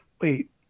Wait